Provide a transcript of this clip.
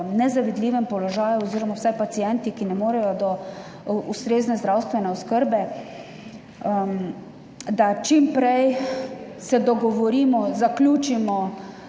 nezavidljivem položaju oziroma vsaj pacienti, ki ne morejo do ustrezne zdravstvene oskrbe, da se čim prej dogovorimo, zaključimo,